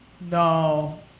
No